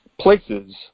places